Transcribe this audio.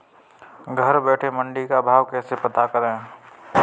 घर बैठे मंडी का भाव कैसे पता करें?